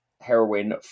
heroin